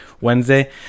Wednesday